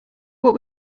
what